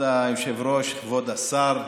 כבוד היושב-ראש, כבוד השר,